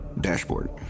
dashboard